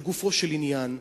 לגופו של עניין,